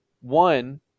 one